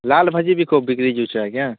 ଲାଲ ଭାଜି ଭି ଖୁବ୍ ବିକ୍ରି ଯାଉଛେ ଆଜ୍ଞା